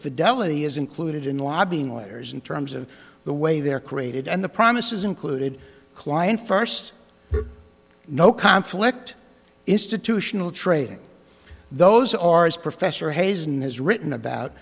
fidelity is included in lobbying letters in terms of the way they are created and the promises included client first no conflict institutional trading those are as professor hasan has written about